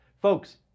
Folks